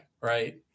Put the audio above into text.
right